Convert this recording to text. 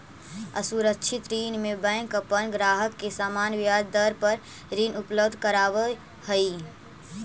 असुरक्षित ऋण में बैंक अपन ग्राहक के सामान्य ब्याज दर पर ऋण उपलब्ध करावऽ हइ